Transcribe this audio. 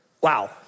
Wow